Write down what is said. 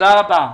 תודה ירבה.